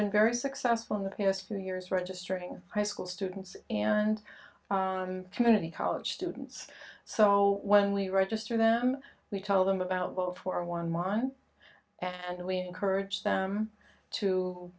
been very successful in the last few years registering high school students and community college students so when we register them we tell them about what for one month and we encourage them to